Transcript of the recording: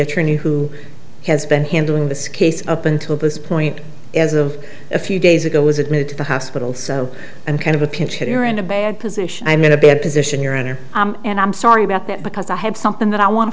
attorney who has been handling this case up until this point as of a few days ago i was admitted to the hospital so and kind of appeared here in a bad position i'm in a bad position your honor and i'm sorry about that because i have something that i want to